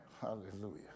Hallelujah